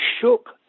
shook